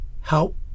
help